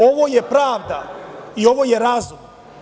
Ovo je pravda i ovo je razum.